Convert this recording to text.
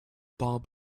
bob